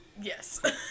Yes